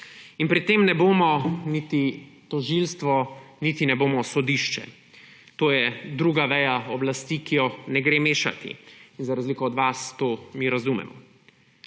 In pri tem ne bomo niti tožilstvo niti sodišče; to je druga veja oblasti, ki je ne gre mešati. In za razliko od vas to mi razumemo.